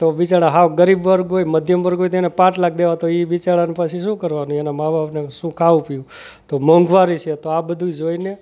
તો બિચારા સાવ ગરીબ વર્ગ હોય મધ્યમ વર્ગ હોય તો એને પાંચ લાખ દેવા તો એ બિચારાને પછી શું કરવાનું એના મા બાપને શું ખાવું પીવું તો મોંઘવારી છે તો આ બધું જોઈને